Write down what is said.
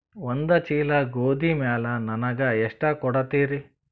ಒಂದ ಚೀಲ ಗೋಧಿ ಮ್ಯಾಲ ನನಗ ಎಷ್ಟ ಕೊಡತೀರಿ?